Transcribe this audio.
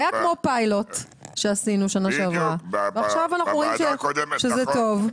היה פיילוט שעשינו בשנה שעברה ועכשיו אנחנו רואים שזה טוב.